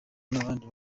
n’abandi